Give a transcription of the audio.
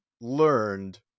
learned